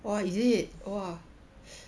!whoa! is it !whoa!